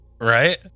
right